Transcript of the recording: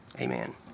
Amen